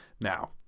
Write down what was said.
Now